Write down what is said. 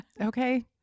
Okay